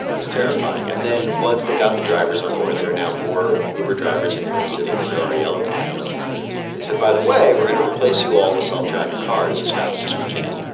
is terrifying. and then once they got the drivers on board there are now more uber drivers in new york city than there are yellow cabs they said, by the way, we're going to replace you all with self-driving cars as fast as we can.